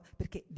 perché